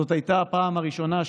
העם היהודי הקטן והנרדף,